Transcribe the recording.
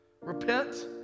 Repent